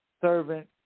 servant